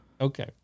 Okay